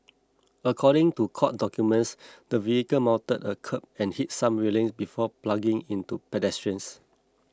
according to court documents the vehicle mounted a kerb and hit some railings before ploughing into pedestrians